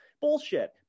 Bullshit